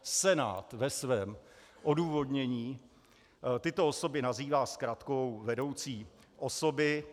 Senát ve svém odůvodnění tyto osoby nazývá zkratkou vedoucí osoby.